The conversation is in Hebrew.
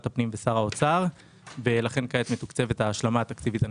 הפנים ושר האוצר ולכן כעת מתוקצבת ההשלמה התקציבית הנדרשת.